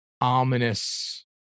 ominous